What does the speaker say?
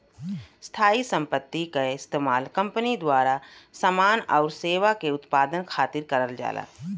स्थायी संपत्ति क इस्तेमाल कंपनी द्वारा समान आउर सेवा के उत्पादन खातिर करल जाला